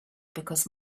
because